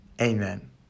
Amen